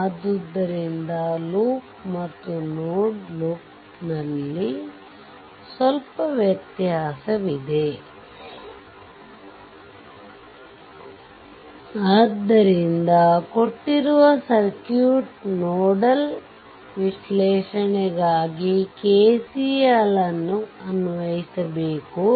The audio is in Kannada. ಆದ್ದರಿಂದ ಲೂಪ್ ಮತ್ತು ನೋಡ್ ಲೂಪ್ ಲ್ಲಿ ಸ್ವಲ್ಪ ವ್ಯತ್ಯಾಸವಿದೆ ಆದ್ದರಿಂದ ಕೊಟ್ಟಿರುವ ಸರ್ಕ್ಯೂಟ್ ನೋಡಲ್ ವಿಶ್ಲೇಷಣೆಗಾಗಿ KCL ಅನ್ನು ಅನ್ವಯಿಸಬೇಕು